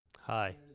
Hi